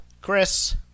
Chris